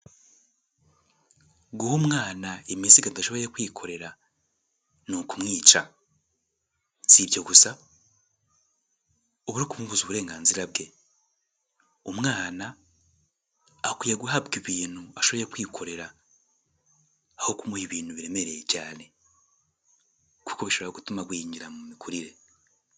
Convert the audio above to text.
Guha umwana imizigo adashoboye kwikorera ni ukumwica. Si ibyo gusa uba uri kumbuza uburenganzira bwe. Umwana akwiye guhabwa ibintu ashoboye kwikorera, aho kumuha ibintu biremereye cyane, kuko bishobora gutuma agwingira mu mikurire,